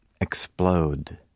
explode